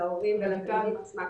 להורים ולילדים עצמם,